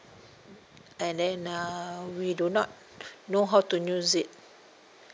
and then uh we do not know how to use it